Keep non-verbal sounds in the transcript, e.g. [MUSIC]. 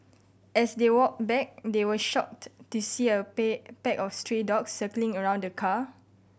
as they walked back they were shocked to see a [UNINTELLIGIBLE] pack of stray dogs circling around the car